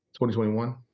2021